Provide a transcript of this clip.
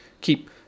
keep